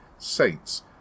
Saints